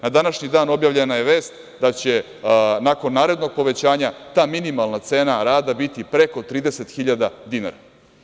Na današnji dan objavljena je vest da će nakon narednog povećanja ta minimalna cena rada biti preko 30.000 dinara.